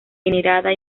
venerada